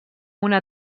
una